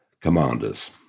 commanders